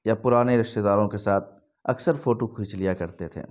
یا پرانے رشتے داروں کے ساتھ اکثر فوٹو کھینچ لیا کرتے تھے